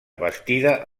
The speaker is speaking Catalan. bastida